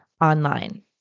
online